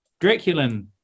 *Draculin*